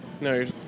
No